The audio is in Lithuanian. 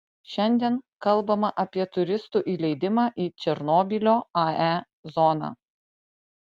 šiandien kalbama apie turistų įleidimą į černobylio ae zoną